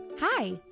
Hi